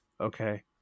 okay